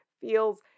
feels